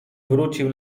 wrócił